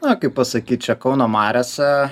na kaip pasakyt čia kauno mariose